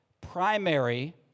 primary